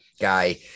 guy